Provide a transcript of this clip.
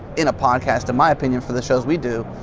in a podcast in my opinion for the shows we do,